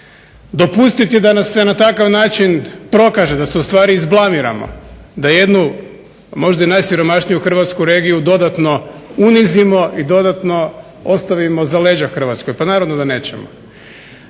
dopustiti da nas se na takav način prokaže, da se u stvari izblamiramo da jednu možda i najsiromašniju hrvatsku regiju dodatno unizimo i dodatno ostavimo za leđa Hrvatskoj. Pa naravno da nećemo!